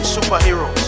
Superhero